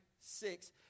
six